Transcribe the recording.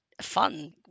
fun